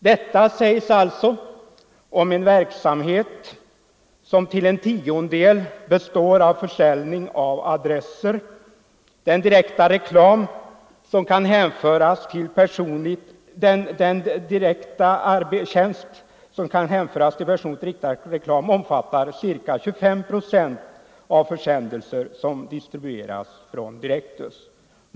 Detta sägs om en verksamhet som till en tiondel består av försäljning av adresser. Den direkta tjänst som kan hänföras till personligt riktad reklam omfattar ca 25 96 av försändelser som distribueras av Direktus.